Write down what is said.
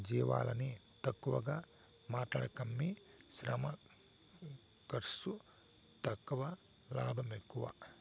జీవాలని తక్కువగా మాట్లాడకమ్మీ శ్రమ ఖర్సు తక్కువ లాభాలు ఎక్కువ